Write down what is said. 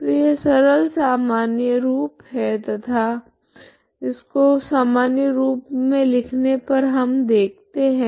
तो यह सरल सामान्य रूप है तथा को सामान्य रूप मे लिखने पर हम देखते है